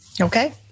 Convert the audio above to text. Okay